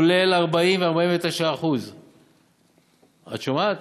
כולל 40% 49%. את שומעת?